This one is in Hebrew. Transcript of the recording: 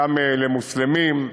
גם למוסלמים.